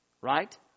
Right